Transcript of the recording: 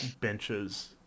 benches